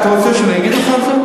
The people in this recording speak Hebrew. אתה רוצה שאני אגיד לך את זה?